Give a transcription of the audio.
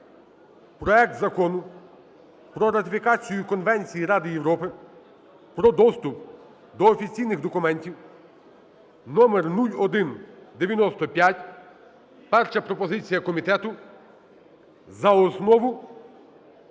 проект Закону про ратифікацію Конвенції Ради Європи про доступ до офіційних документів (№ 0195). Перша пропозиція комітету: за основу